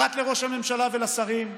אחת לראש הממשלה ולשרים,